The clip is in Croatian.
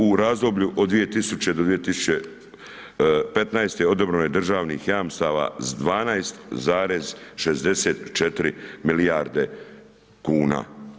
U razdoblju od 2000.-2015. odobreno je državnih jamstava s 12,64 milijarde kuna.